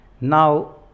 Now